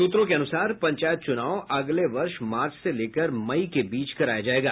सूत्रों के अनुसार पंचायत चूनाव अगले वर्ष मार्च से लेकर मई के बीच कराया जायेगा